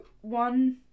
one